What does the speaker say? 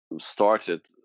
started